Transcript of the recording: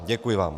Děkuji vám.